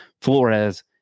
Flores